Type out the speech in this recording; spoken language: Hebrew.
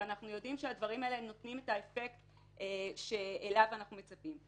ושהם נותנים את האפקט שאליו אנחנו מצפים.